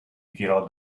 ritirò